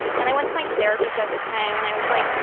and i went to my therapist at the time, and i was like,